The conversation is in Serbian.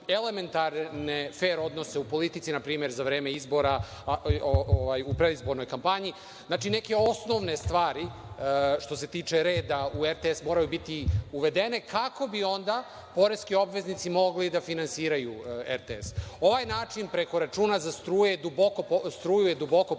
elementarne fer odnose u politici npr. za vreme izbora u predizbornoj kampanji, znači, neke osnovne stvari što se tiče reda u RTS-u moraju biti uvedene, kako bi onda poreski obveznici mogli da finansiraju RTS.Ovaj način preko računa za struju je duboko pogrešan.